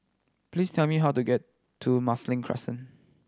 please tell me how to get to Marsiling Crescent